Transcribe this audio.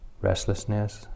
restlessness